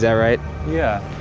that right? yeah.